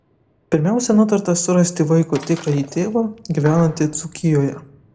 pirmiausia nutarta surasti vaiko tikrąjį tėvą gyvenantį dzūkijoje